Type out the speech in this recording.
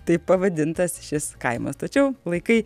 taip pavadintas šis kaimas tačiau laikai